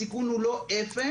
הסיכון הוא לא אפס,